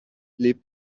les